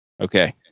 Okay